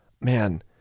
man